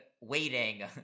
waiting